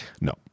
No